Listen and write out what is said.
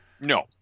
No